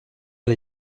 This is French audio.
les